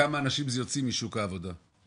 כמה אנשים זה יוציא משוק העבודה?